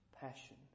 passion